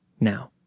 Now